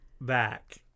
back